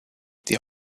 die